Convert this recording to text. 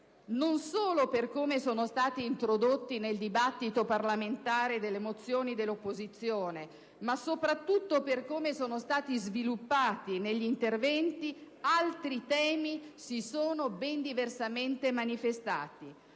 non solo per come sono stati introdotti nel dibattito parlamentare dalle mozioni dell'opposizione, ma soprattutto per come sono stati sviluppati negli interventi, altri temi si sono ben diversamente manifestati.